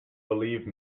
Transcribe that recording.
believe